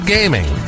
Gaming